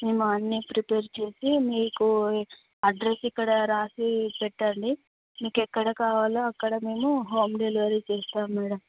మేము అన్ని ప్రిపేర్ చేసి మీకు అడ్రస్ ఇక్కడ వ్రాసి పెట్టండి మీకు ఎక్కడ కావాలో అక్కడ మేము హోమ్ డెలివరీ చేస్తాము మేడమ్